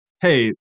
hey